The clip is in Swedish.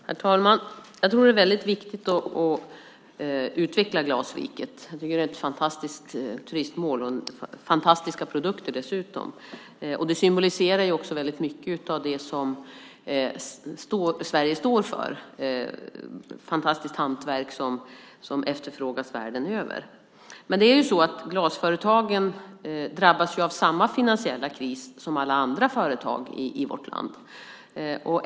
Herr talman! Jag tror att det är väldigt viktigt att utveckla Glasriket. Det är ett fantastiskt turistmål och dessutom fantastiska produkter. Det symboliserar också väldigt mycket av det som Sverige står för. Det är ett fantastiskt hantverk som efterfrågas världen över. Men glasföretagen drabbas av samma finansiella kris som alla andra företag i vårt land.